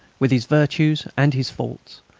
with his virtues and his faults,